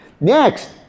Next